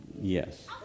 Yes